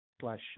slash